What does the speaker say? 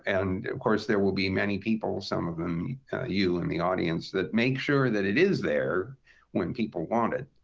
and, of course, there will be many people, some of you in the audience, that make sure that it is there when people want it.